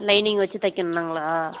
lining வச்சு தைக்கணும்னாங்களா